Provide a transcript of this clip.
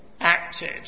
acted